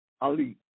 Ali